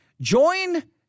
join